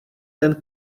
ten